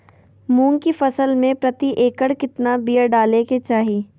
मूंग की फसल में प्रति एकड़ कितना बिया डाले के चाही?